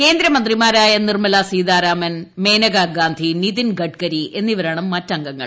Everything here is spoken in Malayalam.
കേന്ദ്രമന്ത്രിമാരായ നിർമ്മലാ സീതാരാമൻ മനേക ഗാന്ധി നിതിൻ ഗഡ്കരി എന്നിവരാണ് മറ്റംഗങ്ങൾ